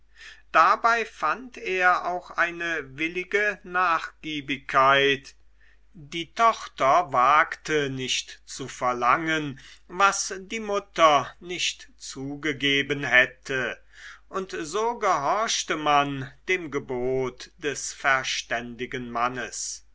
dabei fand er auch eine willige nachgiebigkeit die tochter wagte nicht zu verlangen was die mutter nicht zugegeben hätte und so gehorchte man dem gebot des verständigen mannes